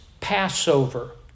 Passover